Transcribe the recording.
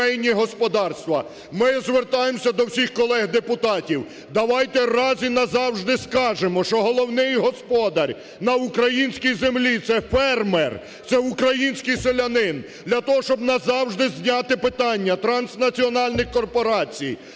Ми звертаємося до всіх колег депутатів, давайте раз і назавжди скажемо, що головний господар на українській землі – це фермер, це український селянин для того, щоб назавжди зняти питання транснаціональних корпорацій,